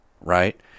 right